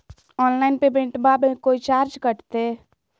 Online पेमेंटबां मे कोइ चार्ज कटते?